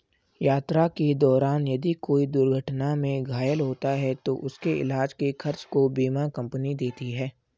यात्रा के दौरान यदि कोई दुर्घटना में घायल होता है तो उसके इलाज के खर्च को बीमा कम्पनी देती है